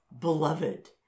beloved